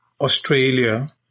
australia